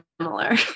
similar